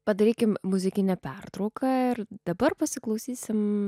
padarykim muzikinę pertrauką ir dabar pasiklausysim